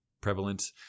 prevalent